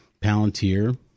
Palantir